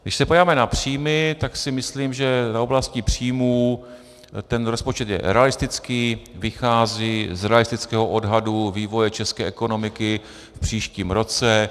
Když se podíváme na příjmy, tak si myslím, že v oblasti příjmů ten rozpočet je realistický, vychází z realistického odhadu vývoje české ekonomiky v příštím roce.